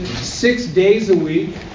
six-days-a-week